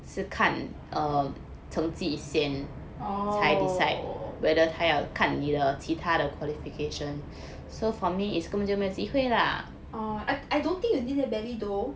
oh oh I don't think you did that badly though